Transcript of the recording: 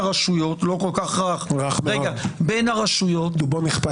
הוא לא כל כך רך - שיש כאן בין הרשויות --- הוא רך מאוד.